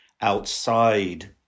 outside